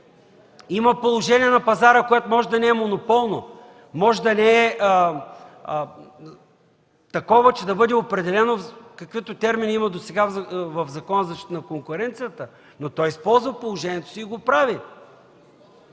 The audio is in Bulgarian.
има положение на пазара, което може да не е монополно, може да не е такова, че да бъде определено, каквито термини има досега в Закона за защита на конкуренцията, но той използва положението си и го прави.